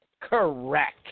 Correct